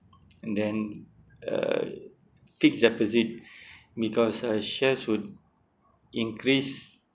and than uh fixed deposit because uh share would increase